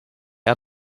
out